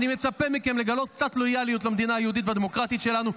אני מצפה מכם לגלות קצת לויאליות למדינה היהודית והדמוקרטית שלנו,